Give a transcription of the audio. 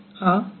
हाँ है